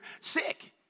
sick